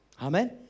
Amen